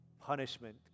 punishment